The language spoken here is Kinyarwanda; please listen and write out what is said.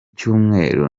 cyumweru